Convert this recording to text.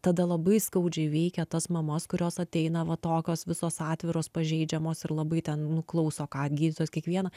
tada labai skaudžiai veikia tas mamas kurios ateina va tokios visos atviros pažeidžiamos ir labai ten nu klauso ką gydytojas kiekvieną